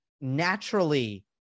naturally